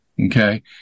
Okay